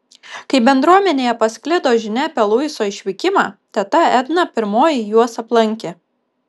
kai bendruomenėje pasklido žinia apie luiso išvykimą teta edna pirmoji juos aplankė